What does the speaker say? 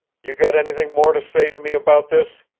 you got anything more to say to me about this?